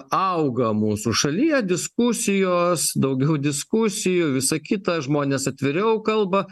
auga mūsų šalyje diskusijos daugiau diskusijų visa kita žmonės atviriau kalba